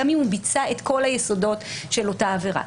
גם אם הוא ביצע את כל היסודות של אותה עבירה.